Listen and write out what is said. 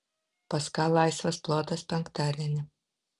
pas ką laisvas plotas penktadienį